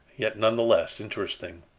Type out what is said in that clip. yet none the less interesting.